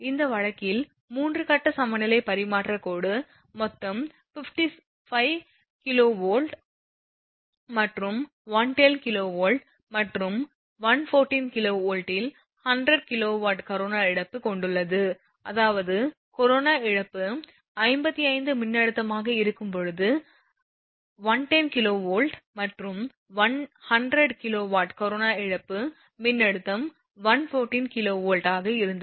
இந்த வழக்கில் 3 கட்ட சமநிலை பரிமாற்றக் கோடு மொத்தம் 55 kW மற்றும் 110 kV மற்றும் 114 kV இல் 100 kW கரோனா இழப்பைக் கொண்டுள்ளது அதாவது கரோனா இழப்பு 55 மின்னழுத்தமாக இருக்கும்போது 110 kV மற்றும் 100 kW கரோனா இழப்பு மின்னழுத்தம் 114 kV ஆக இருந்தது